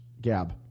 Gab